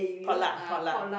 potluck potluck